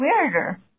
weirder